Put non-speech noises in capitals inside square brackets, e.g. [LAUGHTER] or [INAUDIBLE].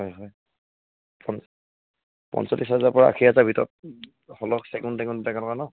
হয় হয় পন পঞ্চলিছ হাজাৰৰ পৰা আশী হাজাৰৰ ভিতৰত শলখ চেগুণ তেগুণ [UNINTELLIGIBLE]